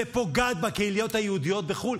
ופוגעת בקהילות היהודיות בחו"ל,